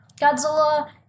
Godzilla